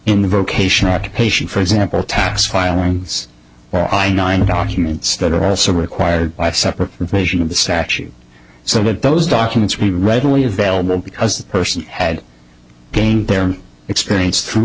the vocation occupation for example tax filings or i nine documents that are also required by separate information of the statute so that those documents are readily available because the person had gained their experience through